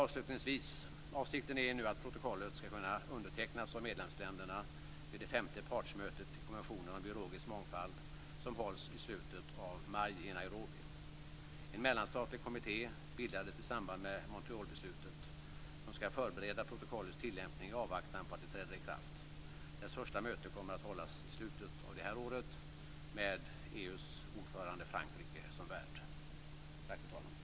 Avslutningsvis, fru talman, är avsikten att protokollet nu ska kunna undertecknas av medlemsländerna vid det femte partsmötet till konventionen om biologisk mångfald som hålls i slutet av maj i Nairobi. En mellanstatlig kommitté bildades i samband med Montrealbeslutet som ska förbereda protokollets tillämpning i avvaktan på att det träder i kraft. Dess första möte kommer att hållas i slutet av det här året, med EU:s ordförande Frankrike som värd. Tack, fru talman!